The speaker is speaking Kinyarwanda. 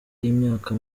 y’imyaka